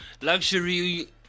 luxury